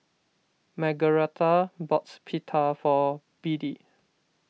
Margaretha bought Pita for Beadie